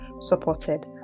supported